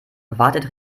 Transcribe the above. wartet